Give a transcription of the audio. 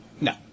No